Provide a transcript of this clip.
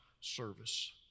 service